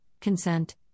consent